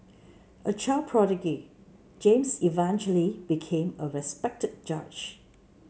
a child prodigy James eventually became a respected judge